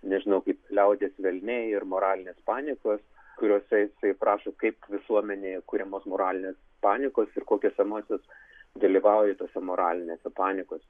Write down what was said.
nežinau kaip liaudies velniai ir moralinės paniekos kuriuose jisai aprašo kaip visuomenėje kuriamas moralinės paniekos ir kokios emocijos dalyvauja tose moralinėse paniekose